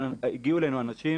הגיעו אלינו אנשים